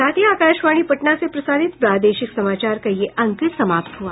इसके साथ ही आकाशवाणी पटना से प्रसारित प्रादेशिक समाचार का ये अंक समाप्त हुआ